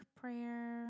prayer